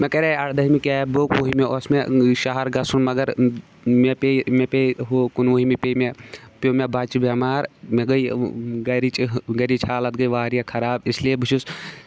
مےٚ کَرے اَردٔہمہِ کیب بُک وُہمہِ اوس مےٚ شہر گژھُن مگر مےٚ پیہِ مےٚ پیہِ ہُہ کُنوُہمہِ پے مےٚ پیٚو مےٚ بَچہِ بٮ۪مار مےٚ گٔیے گَرِچ گَرِچ حالات گٔیے واریاہ خراب اِسلیے بہٕ چھُس